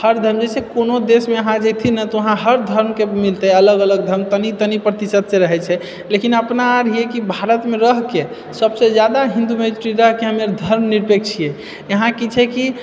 हर धर्म जैसे कोनो देशमे अहाँ जेतिऐ ने तऽ हर धर्मके मिलतै अलग अलग धर्म तनी तनी प्रतिशतसँ रहैत छै लेकिन अपना आर हियै कि भारतमे रहिके सबसँ जादा हिन्दू मेजोरिटी रहए कि हमे धर्मनिरपेक्ष छियै यहाँ की छै कि